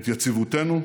את יציבותנו,